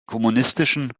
kommunistischen